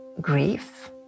grief